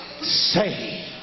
say